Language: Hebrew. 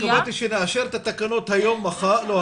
אני התכוונתי שנאשר את התקנות לא היום,